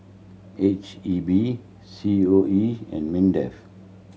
H E B C O E and MINDEF